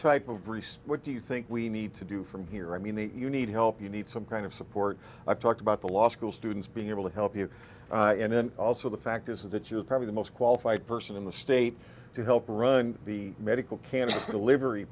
would do you think we need to do from here i mean the you need help you need some kind of support i've talked about the law school students being able to help you and then also the fact is that you are probably the most qualified person in the state to help run the medical cannabis delivery